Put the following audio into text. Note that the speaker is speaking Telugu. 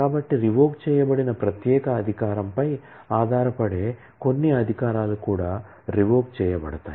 కాబట్టి రివోక్ చేయబడిన ప్రత్యేక అధికారం పై ఆధారపడే అన్ని అధికారాలు కూడా రివోక్ చేయబడతాయి